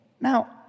now